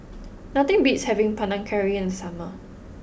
nothing beats having Panang Curry in the summer